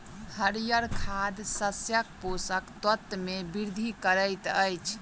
हरीयर खाद शस्यक पोषक तत्व मे वृद्धि करैत अछि